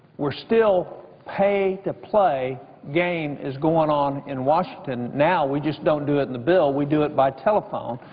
we're still pay to play game is going on in washington. now we just don't do it in the bill. we do it by telephone.